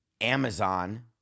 Amazon